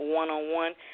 one-on-one